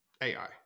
AI